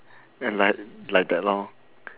and like like that lor